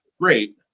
Great